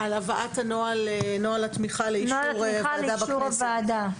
על הבאת נוהל התמיכה לאישור הוועדה בכנסת.